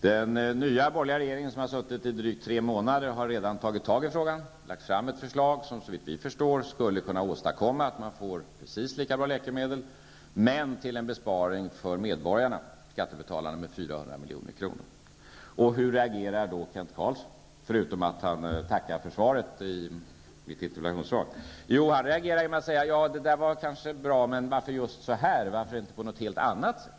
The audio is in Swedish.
Den nya, borgerliga regeringen, som har suttit i drygt tre månader, har redan tagit tag i frågan och lagt fram ett förslag, som skulle kunna åstadkomma precis lika bra läkemedel men med en besparing för skattebetalarna på 400 milj.kr. Hur reagerar då Kent Carlsson, förutom att han tackar för mitt interpellationssvar? Jo, han reagerar genom att säga att det kanske var bra men att det kunde ha sett ut på ett helt annat sätt.